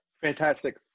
Fantastic